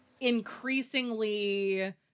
increasingly